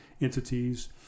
entities